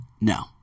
No